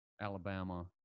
Alabama